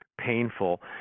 painful